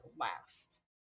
last